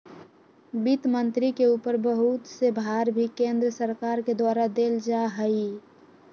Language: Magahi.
वित्त मन्त्री के ऊपर बहुत से भार भी केन्द्र सरकार के द्वारा देल जा हई